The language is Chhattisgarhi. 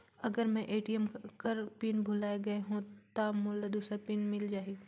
अगर मैं ए.टी.एम कर पिन भुलाये गये हो ता मोला दूसर पिन मिल जाही?